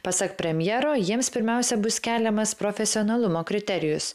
pasak premjero jiems pirmiausia bus keliamas profesionalumo kriterijus